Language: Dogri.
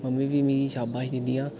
मम्मी बी मिगी शाबाश दिंदियां